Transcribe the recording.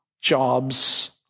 jobs